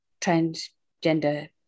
transgender